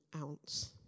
ounce